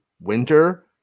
winter